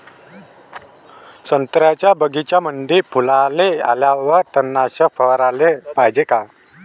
संत्र्याच्या बगीच्यामंदी फुलाले आल्यावर तननाशक फवाराले पायजे का?